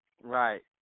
Right